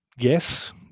Yes